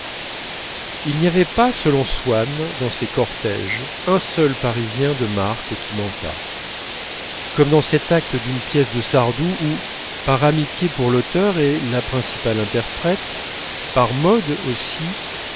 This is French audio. il n'y avait pas selon swann dans ces cortèges un seul parisien de marque qui manquât comme dans cet acte d'une pièce de sardou où par amitié pour l'auteur et la principale interprète par mode aussi